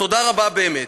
תודה רבה, באמת.